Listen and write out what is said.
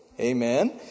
Amen